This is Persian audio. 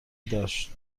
داشت